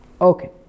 Okay